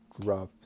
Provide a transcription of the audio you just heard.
drop